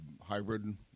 hybrid